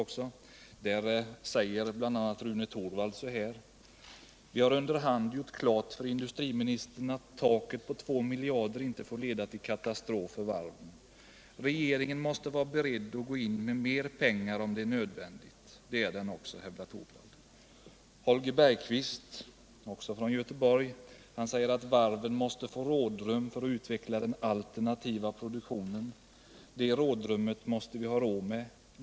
I denna tidning säger Rune Torwald bl.a.: ”Vi har under hand gjort klart för industriministern att taket på 2 miljarder inte får leda till katastrof för varven. Regeringen måste vara beredd att gå in med mer pengar om det är nödvändigt.” Det är den också, hävdar Rune Torwald. Holger Bergqvist, också han från Göteborg, säger att varven måste få rådrum för att kunna utveckla den alternativa produktionen och att vi måste ha råd med rådrum.